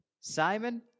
Simon